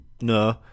No